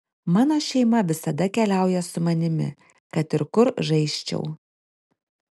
mano šeima visada keliauja su manimi kad ir kur žaisčiau